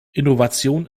innovation